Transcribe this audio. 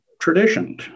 tradition